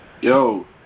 Yo